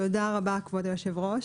תודה רבה, כבוד יושב הראש.